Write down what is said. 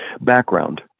background